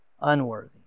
unworthy